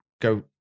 go